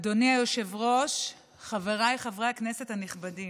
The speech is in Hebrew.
אדוני היושב-ראש, חבריי חברי הכנסת הנכבדים,